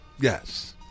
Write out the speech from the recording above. Yes